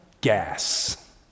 gas